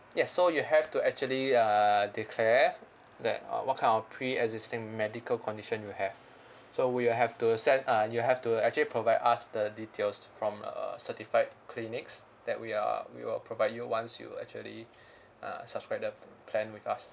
yes so you have to actually uh declare that uh what kind of pre-existing medical condition you have so we will have to send a you have to actually provide us the details from a certified clinics that we uh we will provide you once you actually uh subscribe the p~ plan with us